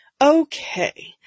Okay